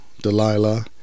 Delilah